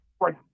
Right